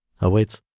awaits